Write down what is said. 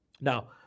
now